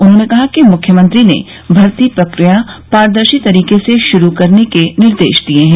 उन्होंने कहा कि मृख्यमंत्री ने भर्ती प्रक्रिया पारदर्शी तरीके से शुरू करने के निर्देश दिये हैं